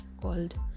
called